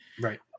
Right